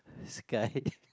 sky